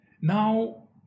Now